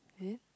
eh